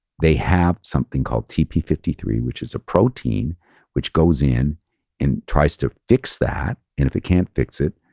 they have something called t p five three, which is a protein which goes in and tries to fix that and if it can't fix it,